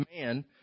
man